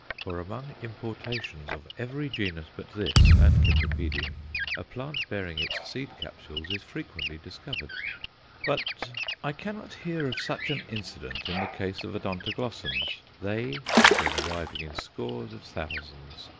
for among importations of every genus but this and cypripedium a plant bearing its seed-capsules is frequently discovered but i cannot hear of such an incident in the case of odontoglossums. they have been arriving in scores of thousands,